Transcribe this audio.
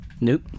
Nope